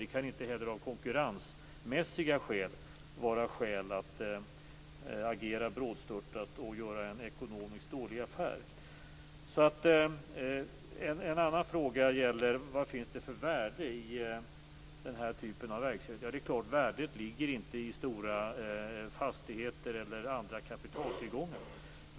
Det kan inte heller av konkurrensmässiga skäl finnas anledning att agera brådstörtat och göra en ekonomiskt dålig affär. En annan fråga gäller vilket värde det finns i den här typen av verksamhet. Värdet ligger självfallet inte i stora fastigheter eller andra kapitaltillgångar.